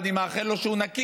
ואני מאחל לו שהוא נקי,